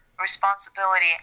responsibility